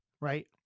right